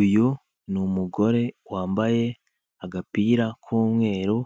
Uyu ni umugore wambaye agapira k'umweru,